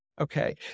Okay